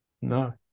No